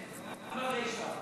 גם ברישה.